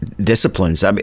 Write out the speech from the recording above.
disciplines